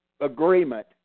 agreement